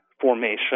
Formation